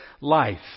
life